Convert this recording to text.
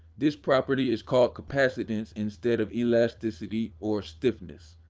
this property is called capacitance instead of elasticity or stiffness.